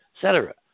cetera